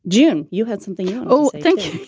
jim, you had something. oh, thank